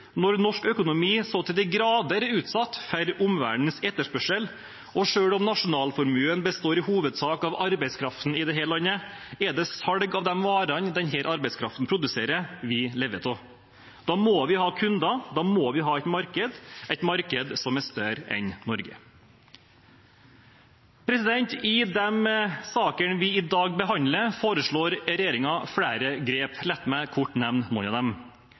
når norsk økonomi så til de grader er utsatt for omverdenens etterspørsel, og selv om nasjonalformuen i hovedsak består av arbeidskraften i dette landet, er det salg av de varene denne arbeidskraften produserer, vi lever av. Da må vi ha kunder, da må vi ha et marked – et marked som er større enn Norge. I de sakene vi i dag behandler, foreslår regjeringen flere grep. La meg kort nevne noen av dem: